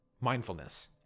mindfulness